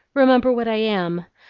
remember what i am,